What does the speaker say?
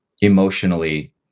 emotionally